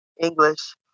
English